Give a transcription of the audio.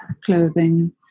clothing